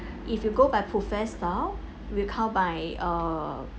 if you go by buffet style we count by err